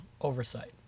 oversight